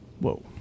Whoa